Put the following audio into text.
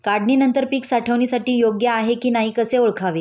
काढणी नंतर पीक साठवणीसाठी योग्य आहे की नाही कसे ओळखावे?